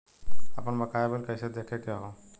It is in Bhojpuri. आपन बकाया बिल कइसे देखे के हौ?